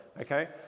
okay